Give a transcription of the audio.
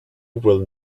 will